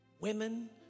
women